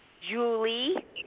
Julie